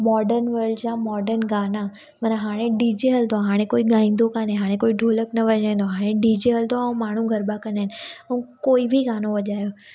modern world जा modern गाना माना हाणे डी जे हलंदो आहे हाणे कोई गाईंदो कोने हाणे कोई ढोलक न वजाईंदो आहे हाणे डी जे हलंदो आहे ऐं माण्हू गरबा कंदा आहिनि ऐं कोई बि गानो वजायो